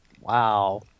wow